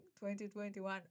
2021